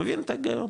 מבין את ההיגיון,